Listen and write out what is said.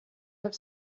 have